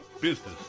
Business